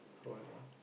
join lah